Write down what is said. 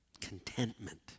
Contentment